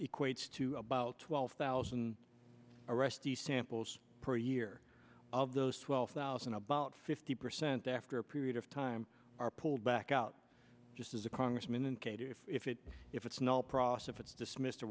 equals to about twelve thousand arrestee samples per year of those twelve thousand about fifty percent after a period of time are pulled back out just as a congressman and if it if it's not process it's dismissed or